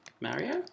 Mario